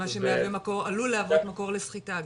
מה שעלול להוות מקור לסחיטה גם.